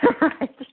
Right